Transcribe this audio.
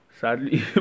sadly